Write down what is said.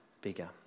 bigger